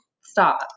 Stop